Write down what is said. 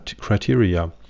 criteria